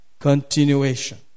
Continuation